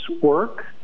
work